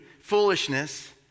foolishness